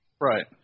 Right